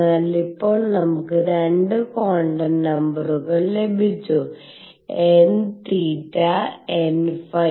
അതിനാൽ ഇപ്പോൾ നമുക്ക് 2 ക്വാണ്ടം നമ്പറുകൾ ലഭിച്ചു nθ nϕ